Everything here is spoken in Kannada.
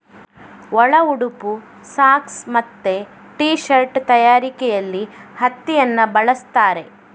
ಒಳ ಉಡುಪು, ಸಾಕ್ಸ್ ಮತ್ತೆ ಟೀ ಶರ್ಟ್ ತಯಾರಿಕೆಯಲ್ಲಿ ಹತ್ತಿಯನ್ನ ಬಳಸ್ತಾರೆ